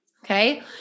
Okay